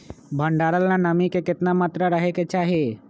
भंडारण ला नामी के केतना मात्रा राहेके चाही?